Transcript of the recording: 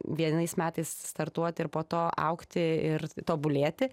vienais metais startuoti ir po to augti ir tobulėti